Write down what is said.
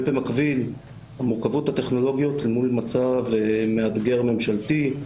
ובמקביל המורכבויות הטכנולוגיות אל מול מצב מאתגר ממשלתי,